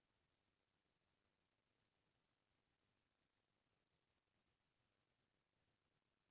company के देवालिया होएले सेयरधारी मन देवालिया नइ होवय